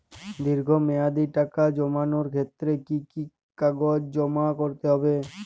দীর্ঘ মেয়াদি টাকা জমানোর ক্ষেত্রে কি কি কাগজ জমা করতে হবে?